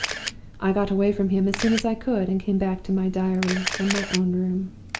i got away from him as soon as i could, and came back to my diary and my own room.